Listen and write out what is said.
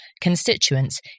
constituents